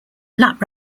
lap